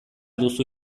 duzu